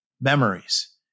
memories